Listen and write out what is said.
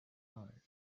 life